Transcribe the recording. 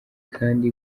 kandi